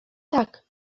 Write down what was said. tak